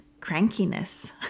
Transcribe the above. crankiness